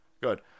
good